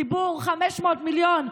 ציבור: 500 מיליון,